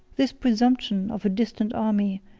this presumption of a distant army,